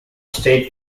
state